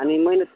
आणि मेहनत